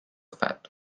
fat